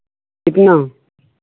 कितना